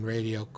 Radio